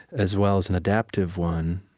as well as an adaptive one,